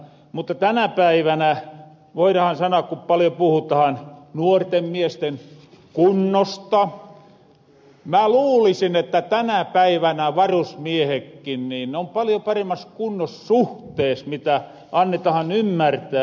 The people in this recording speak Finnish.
mutta tänä päivänä voidahan sanoa ku paljo puhutahan nuorten miesten kunnosta mä luulisin että tänä päivänä varusmiehekkin on paljo paremmas kunnos suhtees mitä annetahan ymmärtää